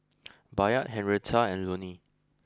Bayard Henrietta and Lonny